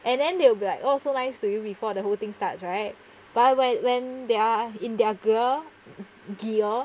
and then they'll be like oh so nice to you before the whole thing starts right but when when they are in their gear gear